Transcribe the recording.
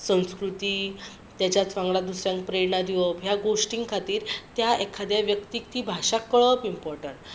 संस्कृती ताच्याच वांगडा दुसऱ्यांक प्रेरणा दिवप ह्या गोश्टीं खातीर त्या एखाद्या व्यक्तीक ती भाशा कळप इंपोर्टंण्ट